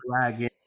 Dragon